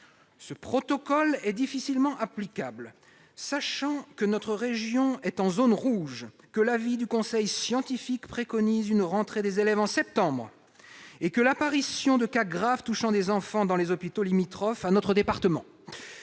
ce protocole est difficilement applicable, sachant que notre région est en zone rouge, que le conseil scientifique préconise une rentrée des élèves en septembre et que des cas graves chez les enfants apparaissent dans les hôpitaux limitrophes de notre département.